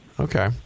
Okay